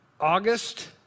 August